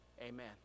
Amen